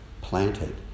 planted